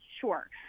Sure